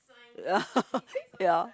ya